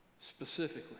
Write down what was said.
Specifically